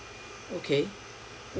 okay